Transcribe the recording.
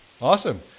Awesome